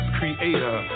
creator